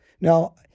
Now